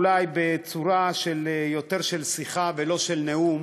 אולי בצורה של שיחה ולא של נאום,